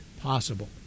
possible